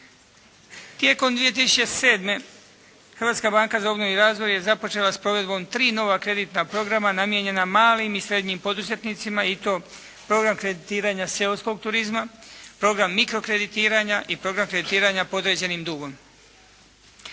Tijekom 2007. Hrvatska banka za obnovu i razvoj je započela s provedbom 3 nova kreditna programa namijenjena malim i srednjim poduzetnicima i to: program kreditiranja seoskog turizma, program mikrokreditiranja i program kreditiranja po određenim dugom.